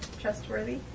trustworthy